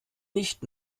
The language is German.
nicht